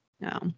No